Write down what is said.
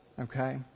Okay